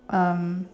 um